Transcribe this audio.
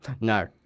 No